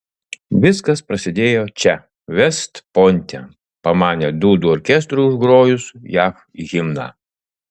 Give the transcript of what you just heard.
viskas prasidėjo čia vest pointe pamanė dūdų orkestrui užgrojus jav himną